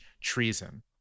treason